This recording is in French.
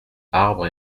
arbres